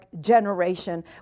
generation